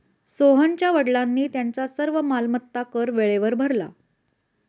सोहनच्या वडिलांनी त्यांचा सर्व मालमत्ता कर वेळेवर भरला